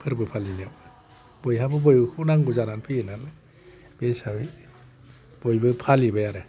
फोरबो फालिनायाव बयहाबो बयखौबो नांगौ जानानै फैयो नालाय बे हिसाबै बयबो फालिबाय आरो